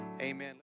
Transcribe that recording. Amen